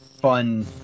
fun